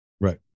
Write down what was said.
Right